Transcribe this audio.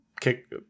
kick